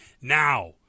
now